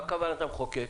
מה כוונת המחוקק?